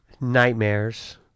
nightmares